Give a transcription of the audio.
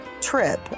trip